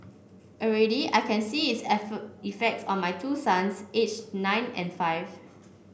already I can see its effort effects on my two sons age nine and five